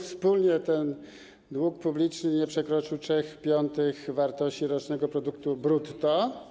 Wspólnie ten dług publiczny nie przekroczył 3/5 wartości rocznego produktu brutto.